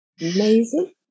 Amazing